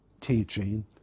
teaching